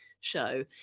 show